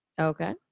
Okay